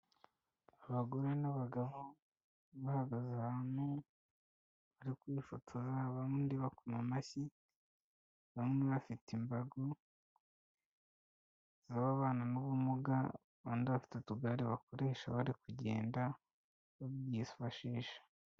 Abagore n'abagabo bahagaze ahantu, bari kwifotora abandi bakoma amashyi, bamwe bafite imbago z'ababana n'ubumuga, abandi bafite utugare bakoresha bari kugenda babyifashisha.